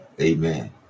Amen